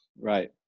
Right